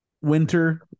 winter